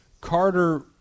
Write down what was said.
Carter